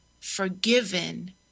forgiven